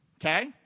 Okay